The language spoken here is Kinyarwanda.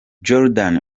jordan